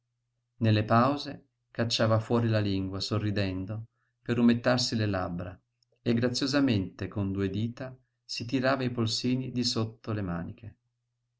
nelle pause cacciava fuori la lingua sorridendo per umettarsi le labbra e graziosamente con due dita si tirava i polsini di sotto le maniche